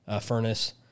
furnace